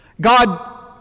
God